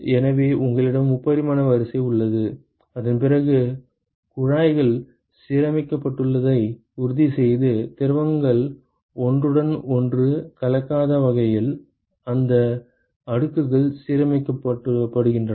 எனவே உங்களிடம் முப்பரிமாண வரிசை உள்ளது அதன் பிறகு குழாய்கள் சீரமைக்கப்பட்டுள்ளதை உறுதிசெய்து திரவங்கள் ஒன்றுடன் ஒன்று கலக்காத வகையில் இந்த அடுக்குகள் சீரமைக்கப்படுகின்றன